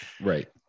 right